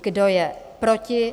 Kdo je proti?